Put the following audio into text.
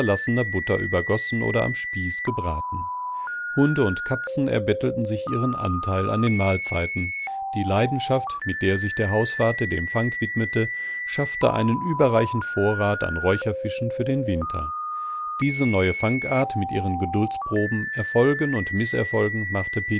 butter übergössen oder am spieß gebraten hunde und katzen erbettelten sich ihren anteil an den mahlzeiten die leidenschaft mit der sich der hausvater dem fang widmete schaffte einen überreichen vorrat an räucherfischen für den winter diese neue fangart mit ihren geduldsproben erfolgen und mißerfolgen machte